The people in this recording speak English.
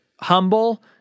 humble